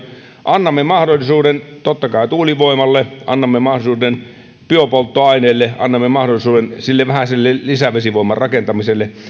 annamme mahdollisuuden totta kai tuulivoimalle annamme mahdollisuuden biopolttoaineille annamme vähän mahdollisuutta lisävesivoiman rakentamiselle